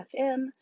FM